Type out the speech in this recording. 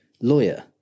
lawyer